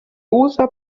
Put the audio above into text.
usa